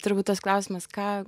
turbūt tas klausimas ką